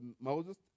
Moses